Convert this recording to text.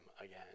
again